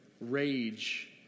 rage